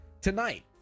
tonight